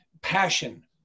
passion